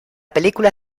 película